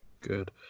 Good